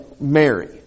Mary